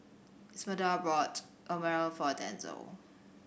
Esmeralda bought Naengmyeon for Denzel